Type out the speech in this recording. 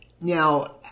Now